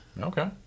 Okay